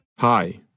Hi